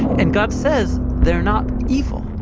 and god says they're not evil.